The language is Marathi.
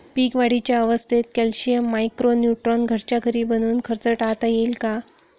पीक वाढीच्या अवस्थेत कॅल्शियम, मायक्रो न्यूट्रॉन घरच्या घरी बनवून खर्च टाळता येईल का?